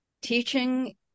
Teaching